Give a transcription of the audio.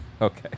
okay